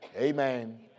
Amen